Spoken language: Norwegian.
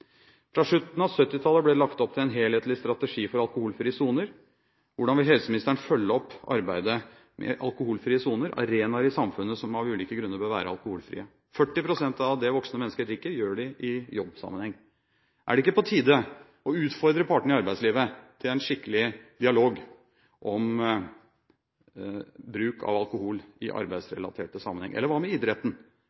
Fra slutten av 1970-tallet ble det lagt opp til en helhetlig strategi for alkoholfrie soner. Hvordan vil helseministeren følge opp arbeidet med alkoholfrie soner: arenaer i samfunnet som av ulike grunner bør være alkoholfrie? 40 pst. av det voksne mennesker drikker, drikker de i jobbsammenheng. Er det ikke på tide å utfordre partene i arbeidslivet til en skikkelig dialog om bruk av alkohol i